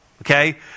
okay